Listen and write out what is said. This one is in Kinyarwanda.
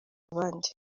abandi